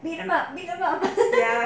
beat him up beat him up